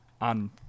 on